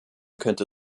könnte